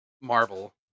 Marvel